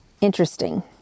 Interesting